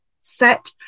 set